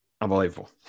Unbelievable